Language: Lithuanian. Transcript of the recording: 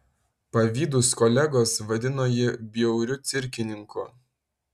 pavydūs kolegos vadino jį bjauriu cirkininku